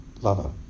lover